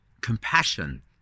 compassion